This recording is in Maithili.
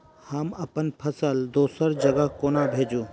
हम अप्पन फसल दोसर जगह कोना भेजू?